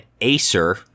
Acer